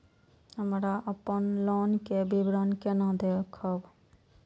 हमरा अपन लोन के विवरण केना देखब?